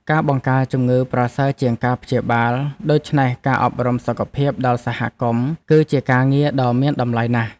ការបង្ការជំងឺប្រសើរជាងការព្យាបាល ដូច្នេះការអប់រំសុខភាពដល់សហគមន៍គឺជាការងារដ៏មានតម្លៃណាស់។